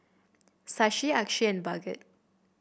Shashi Akshay and Bhagat